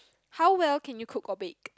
how well can you cook or bake